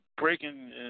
breaking